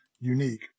unique